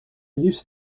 used